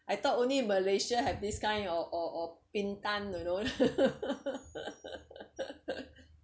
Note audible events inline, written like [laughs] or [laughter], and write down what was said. I thought only malaysia have this kind of of of bintan you know [laughs]